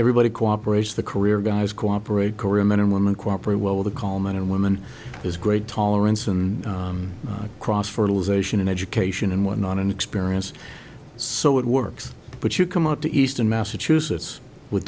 everybody cooperation the career guys cooperate career men and women cooperate well the call men and women is great tolerance and cross fertilization and education and whatnot and experience so it works but you come out to eastern massachusetts with